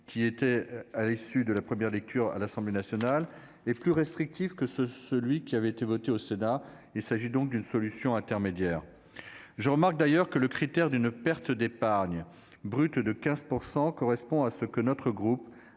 qu'il n'était à l'issue de la première lecture à l'Assemblée nationale et plus restrictif que celui qu'a voté le Sénat : il s'agit donc d'une solution intermédiaire. Je remarque d'ailleurs qu'une perte d'épargne brute de 15 % correspond à ce que notre groupe